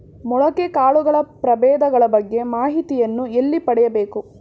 ಮೊಳಕೆ ಕಾಳುಗಳ ಪ್ರಭೇದಗಳ ಬಗ್ಗೆ ಮಾಹಿತಿಯನ್ನು ಎಲ್ಲಿ ಪಡೆಯಬೇಕು?